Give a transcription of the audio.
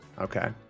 okay